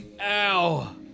Ow